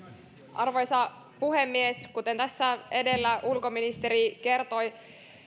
arvoisa puhemies kuten tässä edellä ulkoministeri kertoi